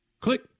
click